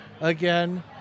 again